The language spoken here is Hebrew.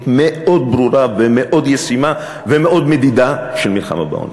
מאוד ברורה ומאוד ישימה ומאוד מדידה של מלחמה בעוני.